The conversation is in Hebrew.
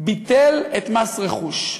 ביטל את מס רכוש.